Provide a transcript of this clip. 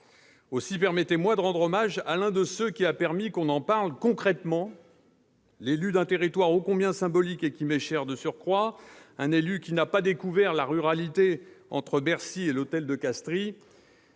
Aussi permettez-moi de rendre hommage à l'un de ceux qui ont permis qu'on en parle concrètement, l'élu d'un territoire ô combien symbolique et qui m'est cher de surcroît, qui n'a pas découvert la ruralité entre Bercy et l'Hôtel de Castries